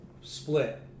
split